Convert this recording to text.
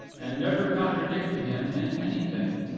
and never contradicted him in anything.